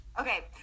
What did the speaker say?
okay